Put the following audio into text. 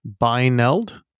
Byneld